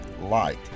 light